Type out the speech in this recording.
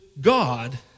God